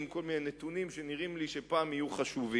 כל מיני נתונים שנראה לי שפעם יהיו חשובים.